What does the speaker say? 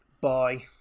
Bye